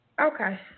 Okay